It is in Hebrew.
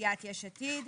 סיעת יש עתיד,